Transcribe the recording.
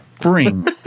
bring